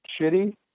shitty